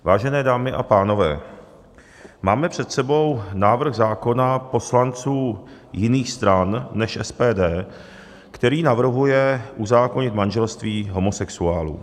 Vážené dámy a pánové, máme před sebou návrh zákona poslanců jiných stran než SPD, který navrhuje uzákonit manželství homosexuálů.